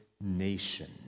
nation